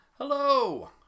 Hello